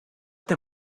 they